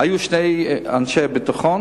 היו שני אנשי ביטחון